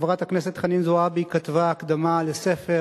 חברת הכנסת חנין זועבי כתבה הקדמה לספר